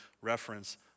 reference